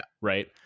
Right